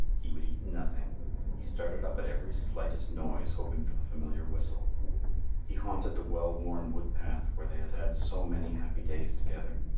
he would eat nothing he started up at every slightest noise hoping for the familiar whistle he haunted the well-worn woodpath where they had had so many happy days together.